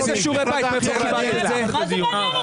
מה זה מעניין אותך?